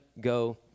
go